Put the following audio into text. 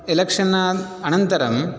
election अनन्तरं